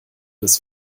des